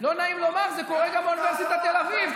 לא נעים לומר, זה קורה גם באוניברסיטת תל אביב.